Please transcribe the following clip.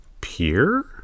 Pier